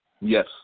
Yes